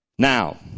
Now